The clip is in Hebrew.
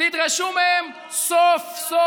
תדרשו מהם סוף-סוף,